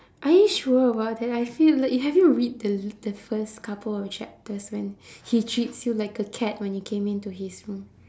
are you sure about that I feel like have you read the the first couple of chapters when he treats you like a cat when you came into his room